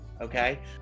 okay